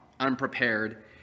unprepared